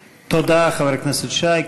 תודה, חבר הכנסת שי.